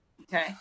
Okay